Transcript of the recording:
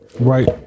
right